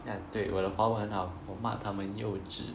ya 对我的华文很好我骂他们幼稚